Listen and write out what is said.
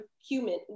human